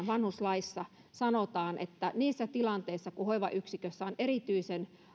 vanhuslaissa sanotaan että niissä tilanteissa kun hoivayksikössä on erityisen